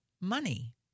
money